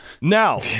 Now